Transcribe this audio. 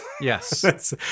Yes